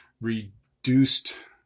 reduced